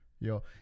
Yo